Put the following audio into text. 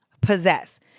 possess